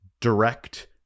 direct